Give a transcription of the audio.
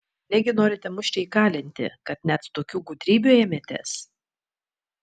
negi norite mus čia įkalinti kad net tokių gudrybių ėmėtės